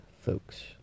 folks